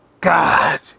God